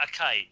okay